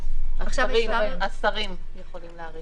השרים יכולים להאריך.